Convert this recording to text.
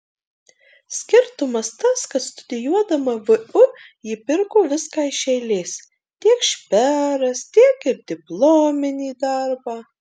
skirtumas tas kad studijuodama vu ji pirko viską iš eilės tiek šperas tiek ir diplominį darbą